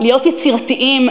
להיות יצירתיים,